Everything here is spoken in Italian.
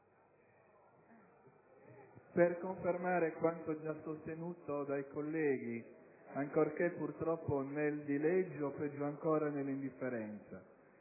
per confermare quanto già sostenuto dai colleghi, ancorché purtroppo nel dileggio o peggio ancora nell'indifferenza.